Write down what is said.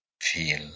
feel